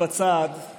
בצד